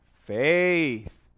faith